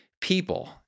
people